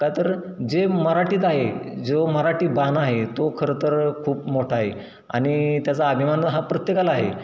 का तर जे मराठीत आहे जो मराठी बाणा आहे तो खरंतर खूप मोठा आहे आणि त्याचा अभिमान हा प्रत्येकाला आहे